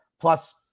Plus